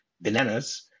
bananas